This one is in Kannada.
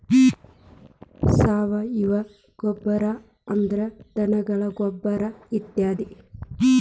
ಸಾವಯುವ ಗೊಬ್ಬರಾ ಅಂದ್ರ ಧನಗಳ ಗೊಬ್ಬರಾ ಇತ್ಯಾದಿ